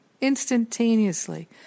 instantaneously